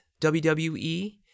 WWE